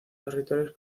territorios